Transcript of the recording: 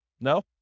No